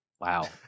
Wow